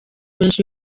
menshi